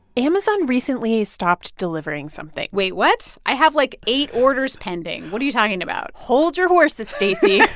amazon recently stopped delivering something wait what? i have, like, eight orders pending. what are you talking about? hold your horses, stacey